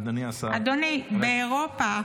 אדוני, באירופה,